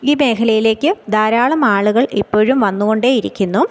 ഈ മേഖലയിലേക്ക് ധാരാളം ആളുകൾ ഇപ്പോഴും വന്നുകൊണ്ടേയിരിക്കുന്നു